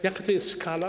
Jaka to jest skala?